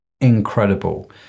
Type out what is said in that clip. incredible